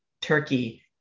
Turkey